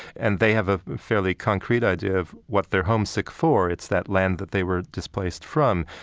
and they have a fairly concrete idea of what they're homesick for. it's that land that they were displaced from.